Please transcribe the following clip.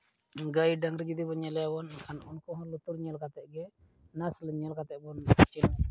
ᱜᱟᱹᱭ ᱰᱟᱝᱨᱤ ᱡᱩᱫᱤ ᱵᱚᱱ ᱧᱮᱞᱮᱭᱟ ᱵᱚᱱ ᱩᱱᱠᱩ ᱦᱚᱸ ᱞᱩᱛᱩᱨ ᱧᱮᱞ ᱠᱟᱛᱮᱫ ᱜᱮ